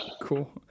Cool